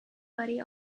body